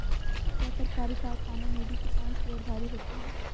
क्या सरकारी कारखानों में भी किसान शेयरधारी होते हैं?